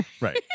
Right